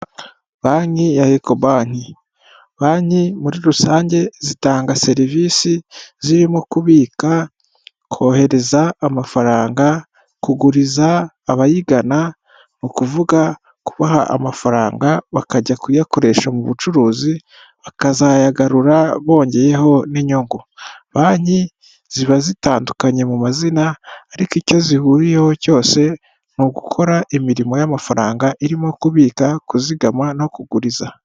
Banki ya ekobanki, banki muri rusange zitanga serivisi zirimo kubika, kohereza amafaranga, kuguriza abayigana nukuvuga kubaha amafaranga bakajya kuyakoresha mu bucuruzi bakazayagarura bongeyeho n'inyungu, banki ziba zitandukanye mu mazina ariko icyo zihuriyeho cyose ni ugukora imirimo y'amafaranga irimo kubika, kuzigama no kuguriza.